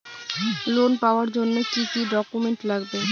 Loan পাওয়ার জন্যে কি কি ডকুমেন্ট লাগবে?